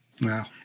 Wow